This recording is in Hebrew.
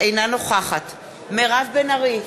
אינה נוכחת מירב בן ארי,